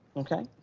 okay,